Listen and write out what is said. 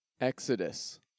Exodus